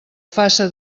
faça